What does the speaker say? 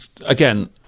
again